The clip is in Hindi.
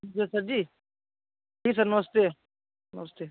यस सर जी सर नमस्ते नमस्ते